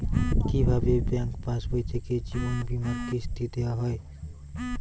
কি ভাবে ব্যাঙ্ক পাশবই থেকে জীবনবীমার কিস্তি দেওয়া হয়?